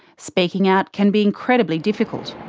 speaking out can be incredibly difficult.